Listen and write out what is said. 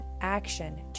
action